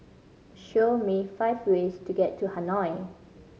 show me five ways to get to Hanoi